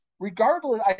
Regardless